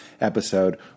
episode